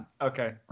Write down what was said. Okay